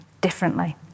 differently